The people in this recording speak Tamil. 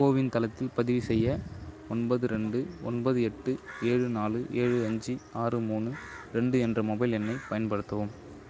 கோவின் தளத்தில் பதிவு செய்ய ஒன்பது ரெண்டு ஒன்பது எட்டு ஏழு நாலு ஏழு அஞ்சு ஆறு மூணு ரெண்டு என்ற மொபைல் எண்ணை பயன்படுத்தவும்